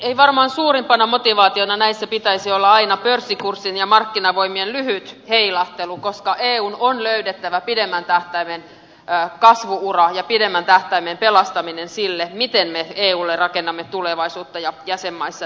ei varmaan suurimpana motivaationa näissä pitäisi olla aina pörssikurssien ja markkinavoimien lyhyt heilahtelu koska eun on löydettävä pidemmän tähtäimen kasvu ura ja pidemmän tähtäimen pelastaminen sille miten me eulle rakennamme tulevaisuutta näissä jäsenmaissa